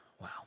Wow